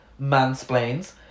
mansplains